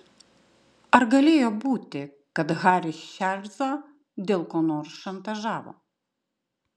ar galėjo būti kad haris čarlzą dėl ko nors šantažavo